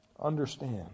understand